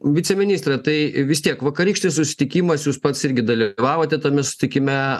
viceministre tai vis tiek vakarykštis susitikimas jūs pats irgi dalyvavote tame susitikime